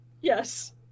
yes